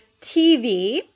TV